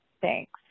Thanks